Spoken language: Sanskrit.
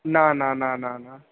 न न न न न